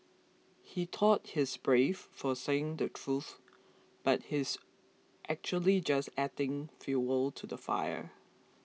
he thought he's brave for saying the truth but he's actually just adding fuel to the fire